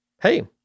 Hey